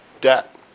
debt